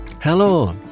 Hello